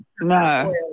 no